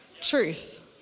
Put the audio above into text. Truth